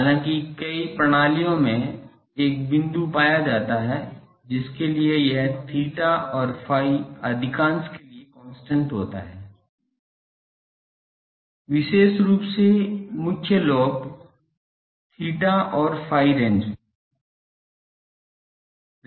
हालांकि कई प्रणालियों में एक बिंदु पाया जा सकता है जिसके लिए यह theta और phi अधिकांश के लिए कांस्टेंट होता है विशेष रूप से मुख्य लॉब theta और phi रेंज में